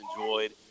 enjoyed